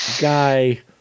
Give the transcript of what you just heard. guy